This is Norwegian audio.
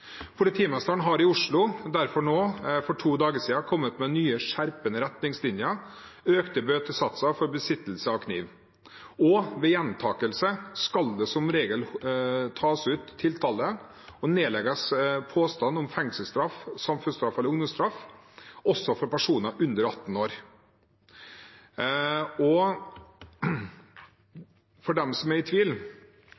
Politimesteren i Oslo har derfor for to dager siden kommet med nye, skjerpede retningslinjer, økte bøtesatser for besittelse av kniv. Ved gjentakelse skal det som regel tas ut tiltale og nedlegges påstand om fengselsstraff, samfunnsstraff eller ungdomsstraff også for personer under 18 år. Og